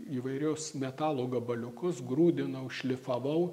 įvairius metalo gabaliukus grūdinau šlifavau